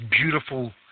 beautiful